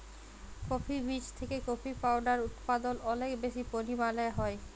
coffee বীজ থেকে coffee powder উদপাদল অলেক বেশি পরিমালে হ্যয়